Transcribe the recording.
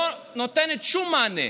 לא נותנת שום מענה,